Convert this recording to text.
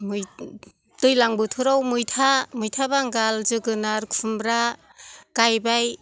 मै दैलां बोथोराव मैथा मैथा बांगाल जोगोनाथ खुमब्रा गायबाय